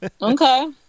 Okay